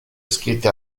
iscritti